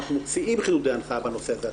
אנחנו מוציאים חידודי הנחיה בנושא הזה.